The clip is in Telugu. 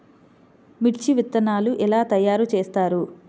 మిర్చి విత్తనాలు ఎలా తయారు చేస్తారు?